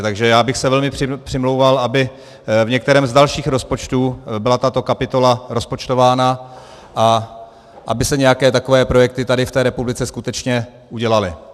Takže já bych se velmi přimlouval, aby v některém z dalších rozpočtů byla tato kapitola rozpočtována a aby se nějaké takové projekty tady v té republice skutečně udělaly.